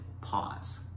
pause